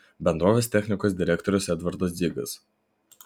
bendrovės technikos direktorius edvardas dzigas